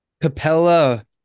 Capella